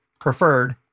preferred